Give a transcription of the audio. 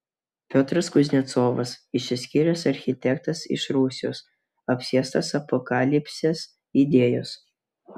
piotras kuznecovas išsiskyręs architektas iš rusijos apsėstas apokalipsės idėjos